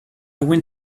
went